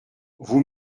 vous